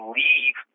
leave